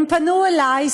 הם פנו אלי,